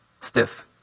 stiff